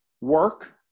work